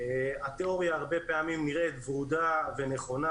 התיאוריה הרבה פעמים נראית ורודה ונכונה,